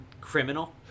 Criminal